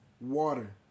water